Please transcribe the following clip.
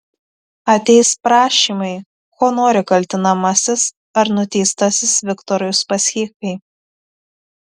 ateis prašymai ko nori kaltinamasis ar nuteistasis viktorai uspaskichai